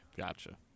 Gotcha